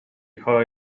کارای